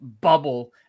bubble